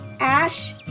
Ash